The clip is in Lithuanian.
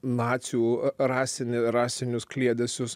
nacių rasinį rasinius kliedesius